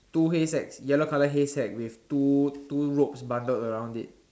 two hay sacks yellow colour hay sacks with two two ropes bundle around it